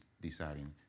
deciding